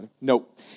nope